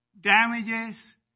damages